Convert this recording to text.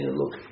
look